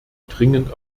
dringend